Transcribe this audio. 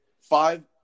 five